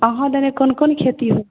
अहाँ दने कोन कोन खेती होएत छै